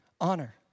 honor